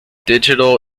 digital